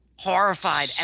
Horrified